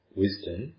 wisdom